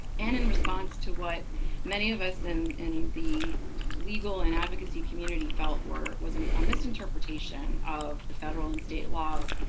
and in response to what many of us and in the legal and advocacy community felt were a um um misinterpretation of the federal and state laws,